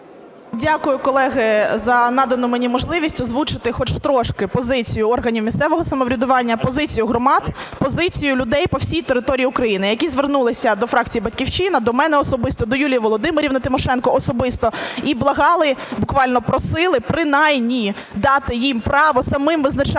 Дякую, колеги, за надану мені можливість озвучити хоч трішки позицію органів місцевого самоврядування, позицію громад, позицію людей по всій території України, які звернулися до фракції "Батьківщина", до мене особисто, до Юлії Володимирівни Тимошенко особисто і благали, буквально просили, принаймні, дати їм право самим визначати